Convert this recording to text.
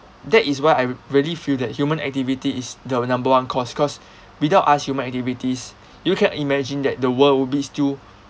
that is why I really feel that human activity is the number one cause cause without us human activities you can imagine that the world would be still